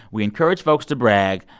we encourage folks to brag.